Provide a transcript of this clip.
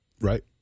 Right